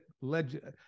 legend